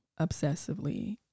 obsessively